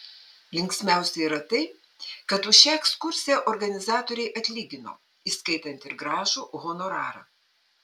linksmiausia yra tai kad už šią ekskursiją organizatoriai atlygino įskaitant ir gražų honorarą